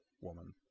woman